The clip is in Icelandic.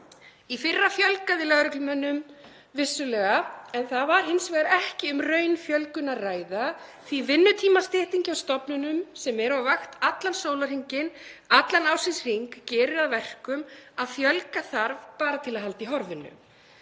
Í fyrra fjölgaði lögreglumönnum vissulega, en það var hins vegar ekki um raunfjölgun að ræða því vinnutímastytting hjá stofnunum sem eru á vakt allan sólarhringinn allan ársins hring gerir að verkum að fjölga þarf bara til að halda í horfinu.